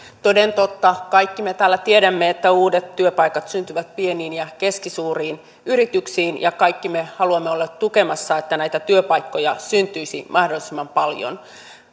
toden totta kaikki me täällä tiedämme että uudet työpaikat syntyvät pieniin ja keskisuuriin yrityksiin ja kaikki me haluamme olla tukemassa että näitä työpaikkoja syntyisi mahdollisimman paljon